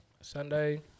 sunday